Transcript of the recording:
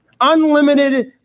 unlimited